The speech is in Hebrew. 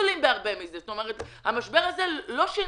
צריכים להתחייב, אנחנו צריכים לעבוד כדי שזה יקרה.